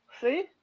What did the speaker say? See